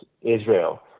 Israel